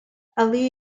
ali